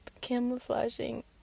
camouflaging